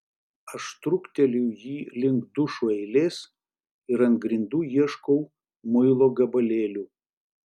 aš trukteliu jį link dušų eilės ir ant grindų ieškau muilo gabalėlių